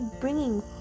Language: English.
bringing